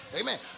Amen